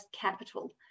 capital